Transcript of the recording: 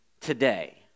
today